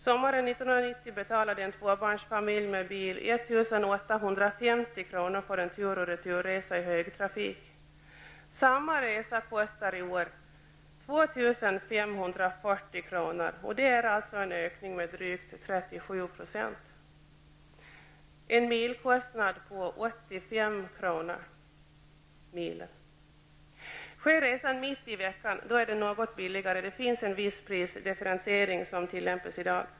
Sommaren 1990 betalade en tvåbarnsfamilj med bil 1 850 kr. för en tur och returresa i högtrafik. Samma resa kostar i år 2 540 kr. och det är en ökning med drygt 37 %. Kostnaden per mil blir 85 kr. Sker resan mitt i veckan är det något billigare, eftersom en viss prisdifferentiering tillämpas.